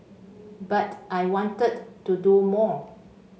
but I wanted to do more